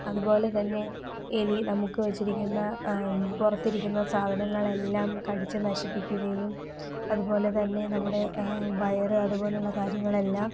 അതുപോലെതന്നെ എലി നമുക്ക് വച്ചിരിക്കുന്ന പുറത്തിരിക്കുന്ന സാധനങ്ങളെല്ലാം കടിച്ച് നശിപ്പിക്കുകയും അതുപോലെതന്നെ നമ്മുടെ വയറ് അതുപോലുള്ള കാര്യങ്ങളെല്ലാം